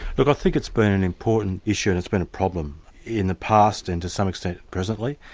look i think it's been an important issue, and it's been a problem in the past and to some extent presently,